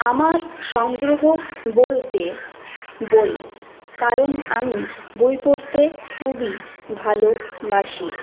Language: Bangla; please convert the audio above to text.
আমার সংগ্রহ বলতে বই কারণ আমি বই পড়তে খুবই ভালোবাসি